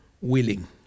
willing